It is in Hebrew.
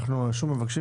אנחנו שוב מבקשים